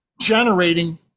generating